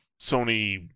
Sony